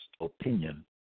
opinion